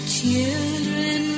children